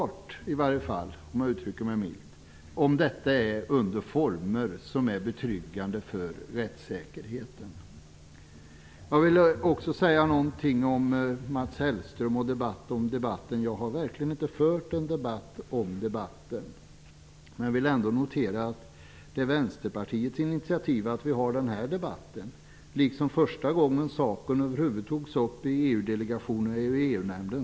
Det är väldigt oklart - om jag uttrycker mig milt - om detta sker under former som är betryggande för rättssäkerheten. När det gäller en debatt om debatten, Mats Hellström, så har jag verkligen inte fört någon sådan. Jag vill ändå notera att det är på Vänsterpartiets initiativ som vi för den här debatten, liksom första gången saken över huvud taget togs upp i EU-delegationen och i EU-nämnden.